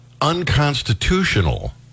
unconstitutional